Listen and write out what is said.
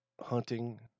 hunting